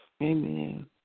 Amen